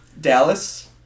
Dallas